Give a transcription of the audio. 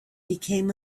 became